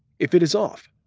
if it is off,